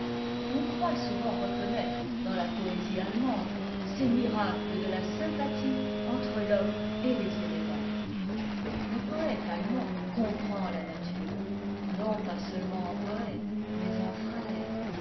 on croit souvent reconnaître dans la poésie allemande ces miracles de la sympathie entre l'homme et les éléments le poëte allemand comprend la nature non pas seulement en poëte mais en frère